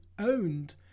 owned